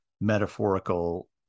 metaphorical